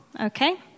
Okay